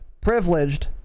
privileged